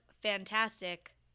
fantastic